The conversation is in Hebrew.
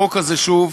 החוק הזה, שוב,